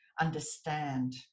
understand